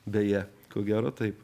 beje ko gero taip